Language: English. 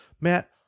Matt